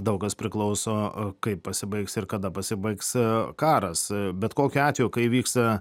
daug kas priklauso kaip pasibaigs ir kada pasibaigs karas bet kokiu atveju kai vyksta